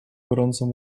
gorącym